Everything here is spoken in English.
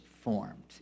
formed